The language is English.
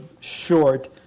short